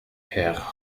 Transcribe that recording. herr